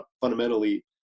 fundamentally